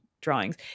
drawings